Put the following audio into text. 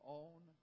own